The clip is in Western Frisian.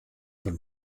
der